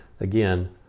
Again